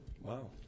Wow